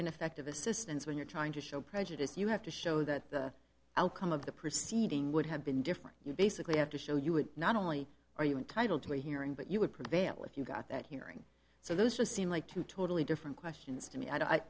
ineffective assistance when you're trying to show prejudice you have to show that the outcome of the proceeding would have been different you basically have to show you would not only are you entitled to a hearing but you would prevail if you got that hearing so those would seem like two totally different questions to me